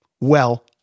Well